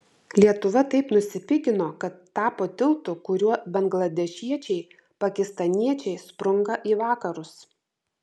lietuva taip nusipigino kad tapo tiltu kuriuo bangladešiečiai pakistaniečiai sprunka į vakarus